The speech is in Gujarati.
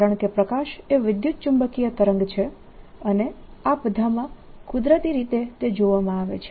કારણકે પ્રકાશ એ વિદ્યુતચુંબકીય તરંગ છે અને આ બધામાં કુદરતી રીતે તે જોવામાં આવે છે